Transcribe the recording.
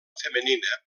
femenina